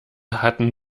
hatten